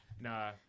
Nah